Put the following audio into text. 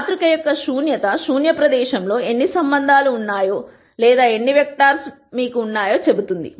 మాతృక యొక్క శూన్యత శూన్య ప్రదేశంలో ఎన్ని సంబంధాలు ఉన్నాయో లేదా ఎన్ని వెక్టర్స్ ఉన్నాయో మీకు చెబుతుంది